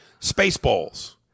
Spaceballs